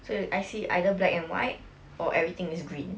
so I see either black and white or everything is green